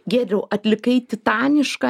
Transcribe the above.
giedriau atlikai titanišką